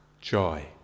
joy